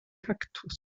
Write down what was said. kaktus